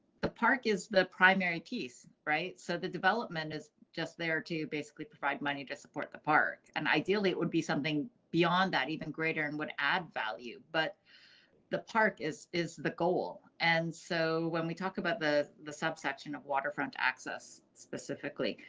the park is the primary piece, right? so the development is just there to basically provide money to support the park. and ideally, it would be something beyond that even greater and would add value. but the park is is the goal. and so when we talk about the, the subsection of waterfront access. specifically,